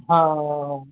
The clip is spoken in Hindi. हाँ हाँ